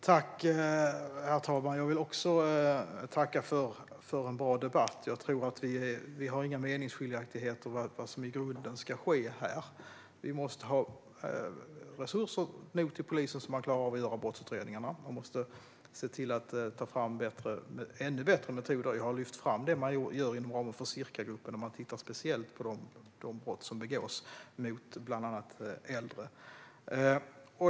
Herr talman! Jag vill också tacka för en bra debatt. Jag tror inte att vi har några meningsskiljaktigheter om vad som i grunden ska ske. Vi måste ha resurser nog till polisen, så att den klarar av att göra brottsutredningarna. Man måste se till att ta fram ännu bättre metoder. Jag har lyft fram det man gör inom ramen för Circagruppen, där man tittar speciellt på de brott som begås mot bland annat äldre.